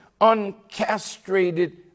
uncastrated